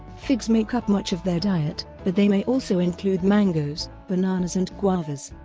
figs make up much of their diet, but they may also include mangos, bananas and guavas.